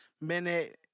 Minute